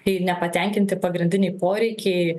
kai nepatenkinti pagrindiniai poreikiai